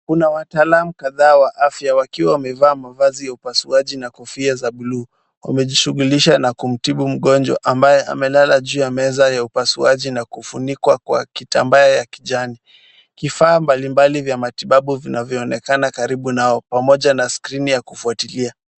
Kuna wataalam kadhaa wa afya wakiwa wamevaa mavazi ya upasuaji na kofia za buluu. Wamejishughulisha na kumtibu mgonjwa ambaye amelala juu ya meza ya upasuaji na kufunikwa kwa kitambaa ya kijani. Kifaa mbalimbali vya matibabu vinavyoonekana karibu nao pamoja na skrini ya kufuatilia.